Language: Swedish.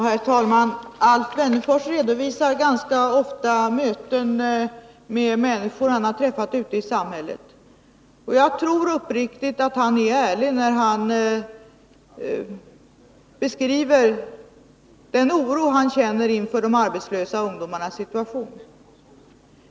Herr talman! Alf Wennerfors redovisar ganska ofta möten med människor, som han har träffat ute i samhället. Jag tror uppriktigt att han är ärlig när han beskriver den oro han känner inför de arbetslösa ungdomarnas situation.